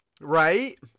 Right